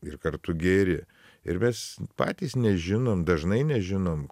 ir kartu gėri ir mes patys nežinom dažnai nežinom